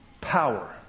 power